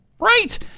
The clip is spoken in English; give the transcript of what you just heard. right